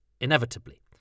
inevitably